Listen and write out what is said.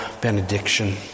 benediction